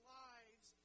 lives